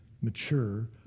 mature